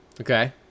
Okay